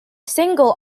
single